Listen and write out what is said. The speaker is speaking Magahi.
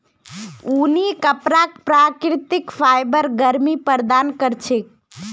ऊनी कपराक प्राकृतिक फाइबर गर्मी प्रदान कर छेक